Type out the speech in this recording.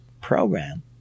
program